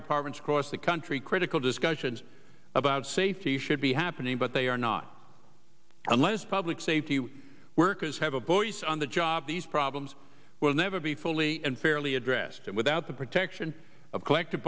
departments across the country critical discussions about safety should be happening but they are not unless public safety workers have a voice on the job these problems will never be fully and fairly addressed and without the protection of collective